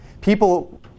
people